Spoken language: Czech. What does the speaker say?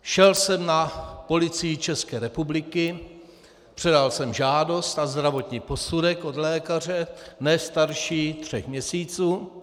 Šel jsem na Policii České republiky, předal jsem žádost a zdravotní posudek od lékaře ne starší tří měsíců.